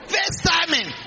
FaceTiming